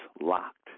locked